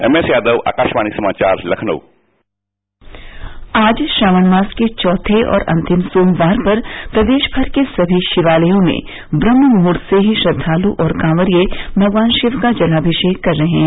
MS Yadav Akashvani समाचार लखनऊ आज श्रावण मास के चौथे और अंतिम सोमवार पर प्रदेश भर के सभी शिवालयों में ब्रम्हमूहर्त से ही श्रद्वाल और कॉवरिये भगवान शिव का जलाभिषेक कर रहे हैं